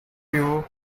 you